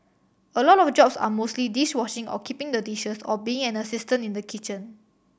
a lot of jobs are mostly dish washing or keeping the dishes or being an assistant in the kitchen